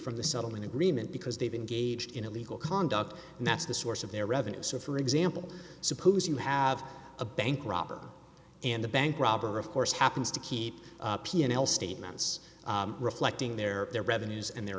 from the settlement agreement because they've engaged in illegal conduct and that's the source of their revenues so for example suppose you have a bank robber and the bank robber of course happens to keep p and l statements reflecting their their revenues and their